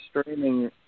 streaming